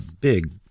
big